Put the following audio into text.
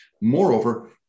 Moreover